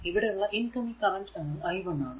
ഇവിടെ ഉള്ള incoming current എന്നത് i 1 ആണ്